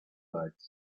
lights